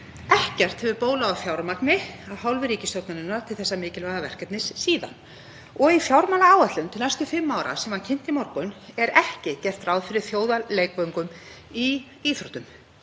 Ekkert hefur bólað á fjármagni af hálfu ríkisstjórnarinnar til þessa mikilvæga verkefnis síðan og í fjármálaáætlun til næstu fimm ára, sem var kynnt í morgun, er ekki gert ráð fyrir þjóðarleikvöngum í íþróttum.